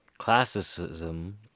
Classicism